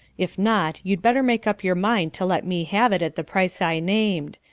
if not, you better make up your mind to let me have it at the price i named.